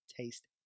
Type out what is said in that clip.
taste